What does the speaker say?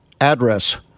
address